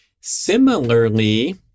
Similarly